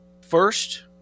first